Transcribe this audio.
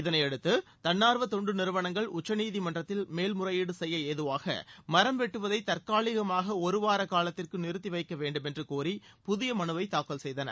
இதனை அடுத்து தன்னார்வ தொன்டு நிறுவனங்கள் உச்சநீதிமன்றத்தில் மேல்மறையீடு செய்ய ஏதுவாக மரம் வெட்டுவதை தற்காலிகமாக ஒருவார காலத்திற்கு நிறுத்தி வைக்க வேண்டும் என்று கோரி புதிய மனுவை தாக்கல் செய்தனர்